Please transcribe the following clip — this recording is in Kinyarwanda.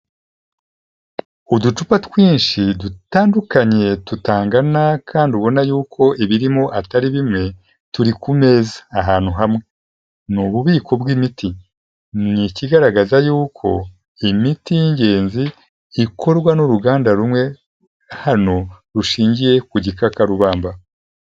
Uducupa twinshi dutandukanye tutangana kandi ubona yuko ibirimo atari bimwe turi ku meza ahantu hamwe, ni ububiko bw'imiti, ni ikigaragaza yuko imiti y'ingenzi ikorwa n'uruganda rumwe hano rushingiye ku gikakarubamba.